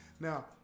Now